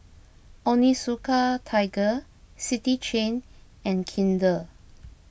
Onitsuka Tiger City Chain and Kinder